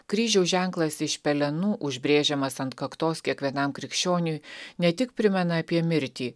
kryžiaus ženklas iš pelenų užbrėžiamas ant kaktos kiekvienam krikščioniui ne tik primena apie mirtį